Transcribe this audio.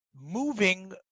moving